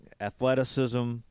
athleticism